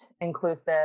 inclusive